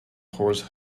horse